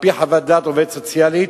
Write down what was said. על-פי חוות דעת עובדת סוציאלית,